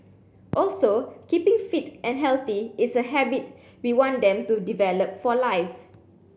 also keeping fit and healthy is a habit we want them to develop for life